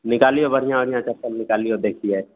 निकालियौ बढ़िआँ बढ़िआँ चप्पल निकालियौ देखिए